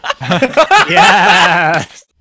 Yes